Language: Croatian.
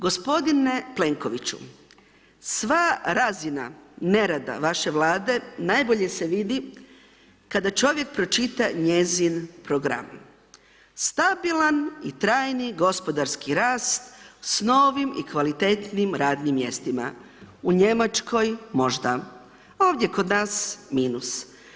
Gospodine Plenkoviću, sva razina nerada vaše vlade, najbolje se vidi, kada čovjek pročita njezin program, stabilan i trajni gospodarski rast sa novim i kvalitetnim radnim mjestima, u Njemačkoj možda, ovdje kod nas minus.